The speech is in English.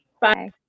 Bye